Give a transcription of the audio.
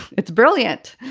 it's brilliant.